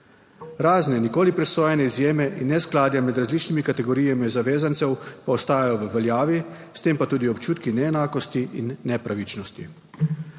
Razne nikoli presojene izjeme in neskladja med različnimi kategorijami zavezancev pa ostajajo v veljavi, s tem pa tudi občutki neenakosti in nepravičnosti.